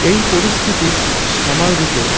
এই পরিস্থিতির সামাল দিতে